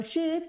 ראשית,